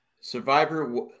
Survivor